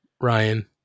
Ryan